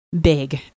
big